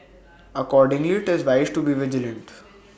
accordingly IT is wise to be vigilant